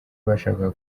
bashakaga